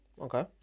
Okay